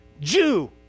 Jew